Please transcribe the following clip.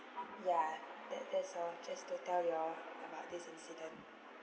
ya that that's all just to tell you all about this incident